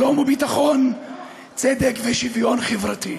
שלום וביטחון, צדק ושוויון חברתי.